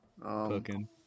cooking